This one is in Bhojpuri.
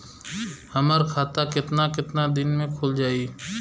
हमर खाता कितना केतना दिन में खुल जाई?